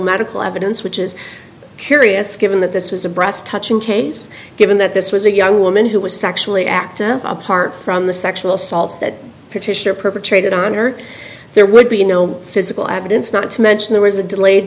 medical evidence which is curious given that this was a breast touching case given that this was a young woman who was sexually active apart from the sexual assaults that petitioner perpetrated on her there would be no physical evidence not to mention there was a delayed